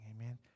Amen